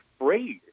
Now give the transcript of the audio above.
afraid